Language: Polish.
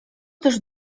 też